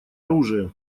оружие